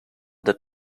that